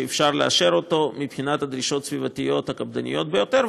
שאפשר לאשר מבחינת הדרישות הסביבתיות הקפדניות ביותר,